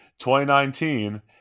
2019